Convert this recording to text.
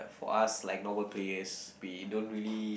for us like normal players we don't really